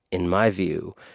in my view,